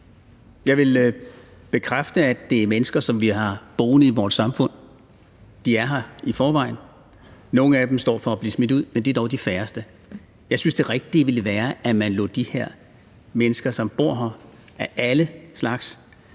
Jeg vil bekræfte, at det er mennesker, som vi har boende i vores samfund. De er her i forvejen; nogle af dem står over for at blive smidt ud, men det er dog de færreste. Jeg synes, det rigtige ville være, at man lod de her mennesker, som bor her –